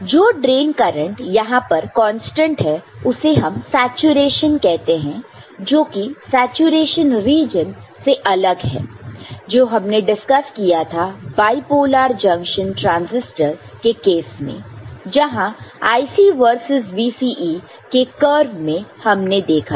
जो drain current यहां पर कांस्टेंट है उसे हम सैचुरेशन कहते हैं जोकि सैचुरेशन रीजन से अलग है जो हमने डिस्कस किया था बाइपोलर जंक्शन ट्रांसिस्टर के केस में जहां IC वर्सेस VCE के कर्व में हमने देखा था